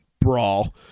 brawl